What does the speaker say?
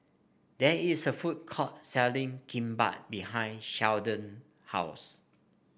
there is a food court selling Kimbap behind Sheldon house